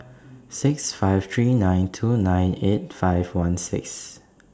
six five three nine two nine eight five one six